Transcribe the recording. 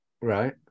Right